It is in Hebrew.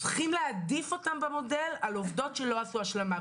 צריכים להעדיף אותן במודל על עובדות שלא עשו השלמה.